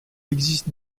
existe